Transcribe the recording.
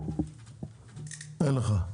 אין לך.